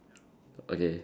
okay